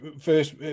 first